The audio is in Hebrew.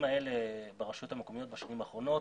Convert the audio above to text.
האלה ברשויות המקומיות בשנים האחרונות.